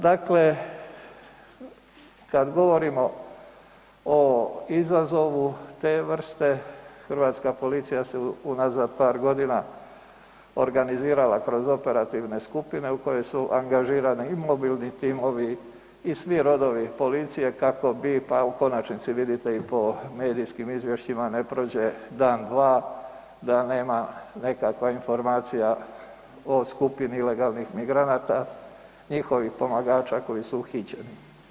Dakle, kad govorimo o izazovu te vrste, hrvatska policija se unazad par godina organizirala kroz operativne skupine u kojoj su angažirani i mobilni timovi i svi rodovi policije kako bi pa u konačnici vidite i po medijskim izvješćima, ne prođe dan, dva da nema nekakva informacija o skupini ilegalnih migranata, njihovih pomagača koji su uhićeni.